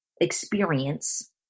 experience